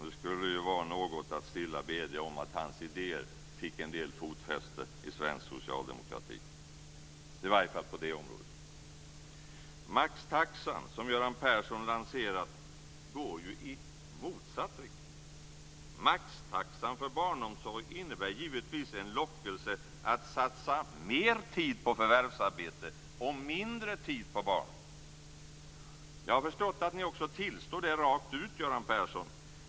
Det skulle vara något att stilla bedja om att hans idéer fick en del fotfäste i svensk socialdemokrati, i alla fall på detta område. Maxtaxan, som Göran Persson lanserat, går ju i motsatt riktning. Maxtaxan för barnomsorg innebär givetvis en lockelse att satsa mer tid på förvärvsarbete och mindre tid på barnen. Jag har förstått att ni också tillstår det rakt ut, Göran Persson.